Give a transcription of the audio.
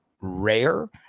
rare